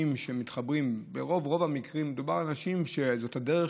ברוב המקרים מדובר באנשים שזאת הדרך